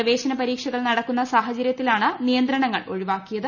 പ്രവേശന പരീക്ഷകൾ നടക്കുന്ന സാഹചര്യത്തിലാണ് നിയന്ത്രണങ്ങൾ ഒഴിവാ ക്കിയത്